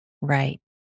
Right